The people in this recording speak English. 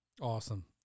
Awesome